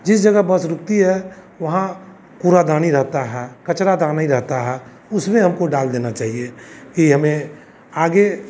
जिस जगह बस रुकती है वहाँ कूड़ादानी कचरादानी रहता है उसमें हमको डाल देना चहिए कि हमें